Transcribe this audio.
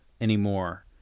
anymore